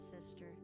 sister